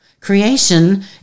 Creation